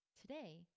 Today